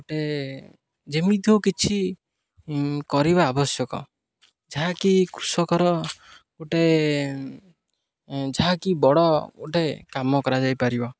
ଗୋଟେ ଯେମିତି ହଉ କିଛି କରିବା ଆବଶ୍ୟକ ଯାହାକି କୃଷକର ଗୋଟେ ଯାହାକି ବଡ଼ ଗୋଟେ କାମ କରାଯାଇପାରିବ